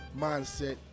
mindset